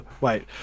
wait